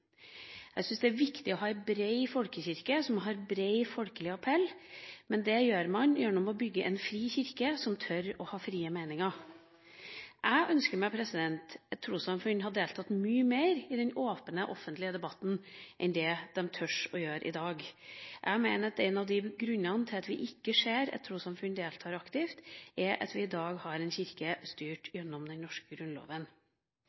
Jeg syns det er viktig å ha en bred folkekirke som har bred folkelig appell, men det gjør man gjennom å bygge en fri kirke, som tør å ha frie meninger. Jeg skulle ønske at trossamfunn hadde deltatt mye mer i den åpne offentlige debatten enn det de tør å gjøre i dag. Jeg mener at en av grunnene til at vi ikke ser at trossamfunn deltar aktivt, er at vi i dag har en kirke styrt